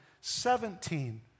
seventeen